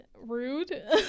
rude